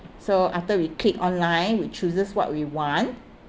so after we click online we chooses what we want